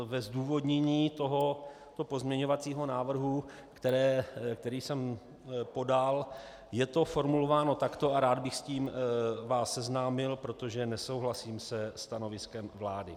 Ve zdůvodnění tohoto pozměňovacího návrhu, který jsem podal, je to formulováno takto a rád bych vás s tím seznámil, protože nesouhlasím se stanoviskem vlády.